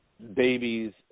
babies